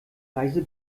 reise